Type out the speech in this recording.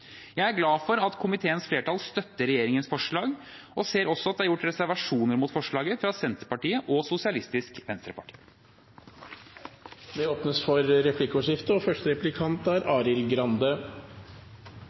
Jeg er glad for at komiteens flertall støtter regjeringens forslag, og ser også at det er gjort reservasjoner mot forslaget fra Senterpartiet og Sosialistisk Venstreparti. Det blir replikkordskifte.